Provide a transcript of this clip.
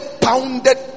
pounded